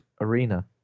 arena